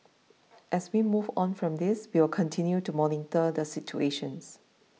as we move on from this we will continue to monitor the situation